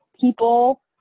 people